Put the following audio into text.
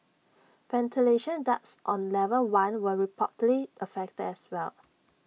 ventilation ducts on level one were reportedly affected as well